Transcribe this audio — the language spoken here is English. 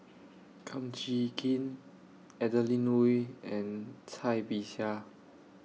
Kum Chee Kin Adeline Ooi and Cai Bixia